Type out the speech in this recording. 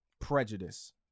prejudice